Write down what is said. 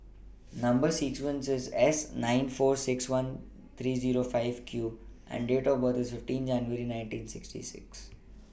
Number sequence IS S nine four six one three Zero five Q and Date of birth IS fifteen January nineteen sixty six